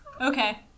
Okay